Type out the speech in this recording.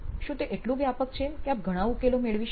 શું તે એટલું વ્યાપક છે કે આપ ઘણા ઉકેલો મેળવી શકો